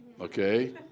Okay